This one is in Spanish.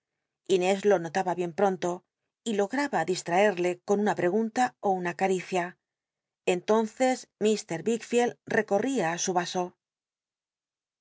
inés lo notaba bien wonto y logtaba listmerlc con una prcgtmta ú una caricia entonces l wickfield recorría i su yóso